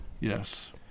yes